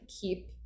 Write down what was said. keep